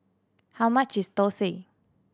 how much is thosai